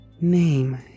name